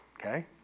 Okay